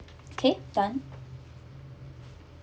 okay done